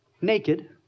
Naked